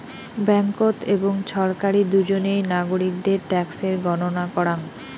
ব্যাঙ্ককোত এবং ছরকারি দুজনেই নাগরিকদের ট্যাক্সের গণনা করাং